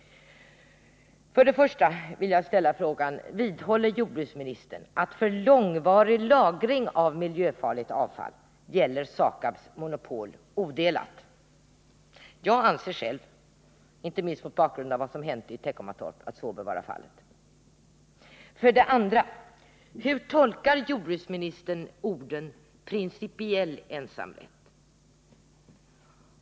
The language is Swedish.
För det första vill jag ställa frågan: Vidhåller jordbruksministern att för långvarig lagring av miljöfarligt avfall gäller SAKAB:s monopol odelat? Jag anser själv, inte minst mot bakgrund av vad som hänt i Teckomatorp, att så bör vara fallet. För det andra: Hur tolkar jordbruksministern orden ”principiell ensamrätt”?